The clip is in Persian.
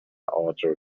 آجر